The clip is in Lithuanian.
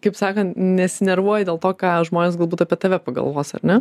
kaip sakant nesinervuoji dėl to ką žmonės galbūt apie tave pagalvos ar ne